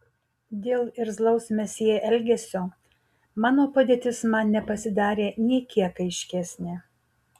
dėl irzlaus mesjė elgesio mano padėtis man nepasidarė nė kiek aiškesnė